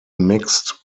mixed